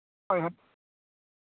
ᱦᱳᱭ ᱦᱳᱭ